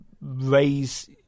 raise